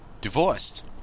divorced